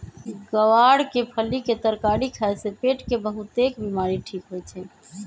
ग्वार के फली के तरकारी खाए से पेट के बहुतेक बीमारी ठीक होई छई